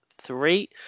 three